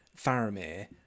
faramir